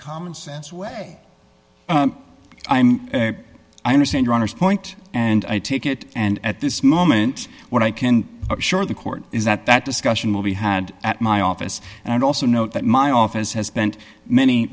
commonsense way i'm i understand runners point and i take it and at this moment what i can assure the court is that that discussion will be had at my office and i'd also note that my office has spent many